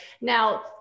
now